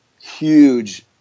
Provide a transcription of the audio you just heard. huge